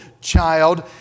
child